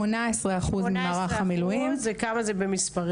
כ- 18% ממערך המילואים הן נשים.